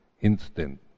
instant